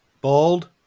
bald